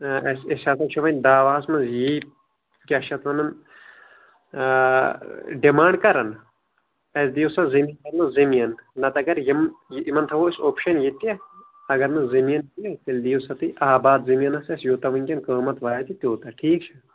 ٲسۍ ہسا چھ وۄنۍ دعواہس منٛز یی کیاہ چھ اتھ وَنَان ڈِمانڑ کَران اَسہِ دِیوسا زٔمیٖنس بَدلہٕ زٔمیٖن نَتہٕ اگر یِم یمن تھاوو أسۍ اوپشن یہِ تہِ اگر نہٕ زٔمیٖن دِنۍ تیٚلہِ دِیو سا تُہۍ آباد زٔمیٖنس یوٗتاہ وٕنکٮ۪ن قۭمتھ واتہِ تیوٗتاہ ٹھیٖک چَھا